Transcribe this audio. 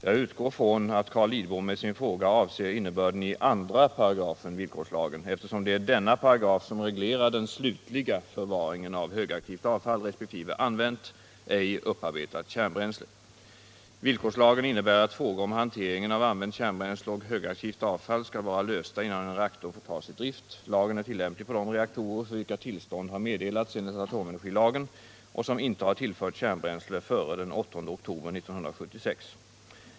Jag utgår från att Carl Lidbom med sin fråga avser innebörden i 2 § villkorslagen, eftersom det är denna paragraf som reglerar den slutliga förvaringen av högaktivt avfall samt använt, ej upparbetat kärnbränsle. Villkorslagen innebär att frågor om hanteringen av använt kärnbränsle och högaktivt avfall skall vara lösta, innan en reaktor får tas i drift. Lagen är tillämplig på de reaktorer för vilka tillstånd har meddelats enligt atomenergilagen och som inte har tillförts kärnbränsle före den 8 oktober 1976.